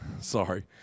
Sorry